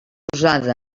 rosada